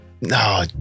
No